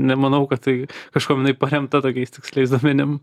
nemanau kad tai kažkuom jinai paremta tokiais tiksliais duomenim